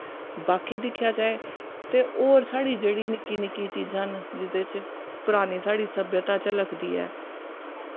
बाकी दिक्खेआ जाए ते होर साढ़ी निक्की निक्की चीजां न जेह्दे च परानी साढ़ी सभ्यता झलकदी ऐ